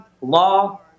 law